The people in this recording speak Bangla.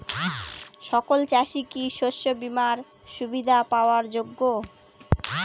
সকল চাষি কি শস্য বিমার সুবিধা পাওয়ার যোগ্য?